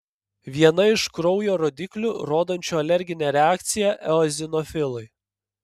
viena iš kraujo rodiklių rodančių alerginę reakciją eozinofilai